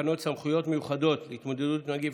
תקנות סמכויות מיוחדות להתמודדות עם נגיף